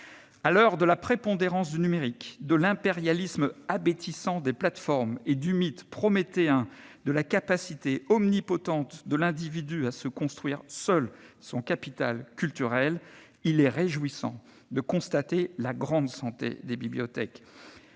À l'heure de la prépondérance du numérique, de l'impérialisme abêtissant des plateformes et du mythe prométhéen de la capacité omnipotente de l'individu à se construire seul son capital culturel, il est réjouissant de constater la grande santé des bibliothèques.